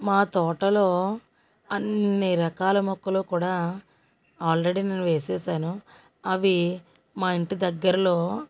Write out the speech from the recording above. మా తోటలో అన్ని రకాల మొక్కలు కూడా అల్రెడీ నేను వేసాను అవి మా ఇంటి దగ్గరలో